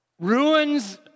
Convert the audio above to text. ruins